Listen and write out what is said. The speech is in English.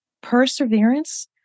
perseverance